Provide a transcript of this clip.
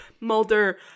Mulder